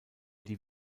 die